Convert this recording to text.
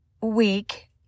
week